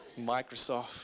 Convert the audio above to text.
Microsoft